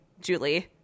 Julie